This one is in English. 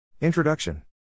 Introduction